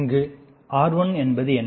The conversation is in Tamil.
இங்கு R1 என்பது என்ன